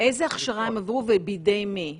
איזה הכשרה הם עברו ובידי מי?